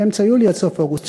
מאמצע יולי עד סוף אוגוסט.